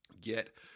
get